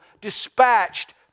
dispatched